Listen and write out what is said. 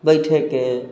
बैसयके